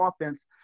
offense